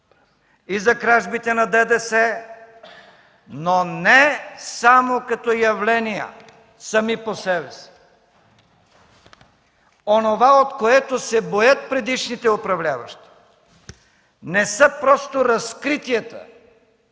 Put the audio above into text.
и за кражбите на ДДС, но не само като явления, сами по себе си. Онова, от което се боят предишните управляващи, не са просто разкритията